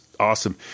Awesome